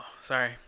sorry